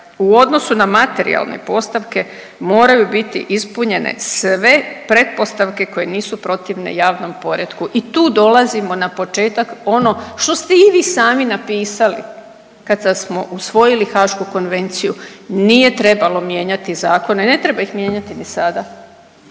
U odnosu na materijalne postavke moraju biti ispunjene sve pretpostavke koje nisu protivne javnom poretku i tu dolazimo na početak ono što ste i vi sami napisali. Kada smo usvojili Haašku konvenciju nije trebalo mijenjati zakone, ne treba ih mijenjati ni sada.